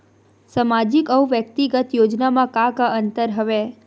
सामाजिक अउ व्यक्तिगत योजना म का का अंतर हवय?